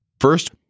First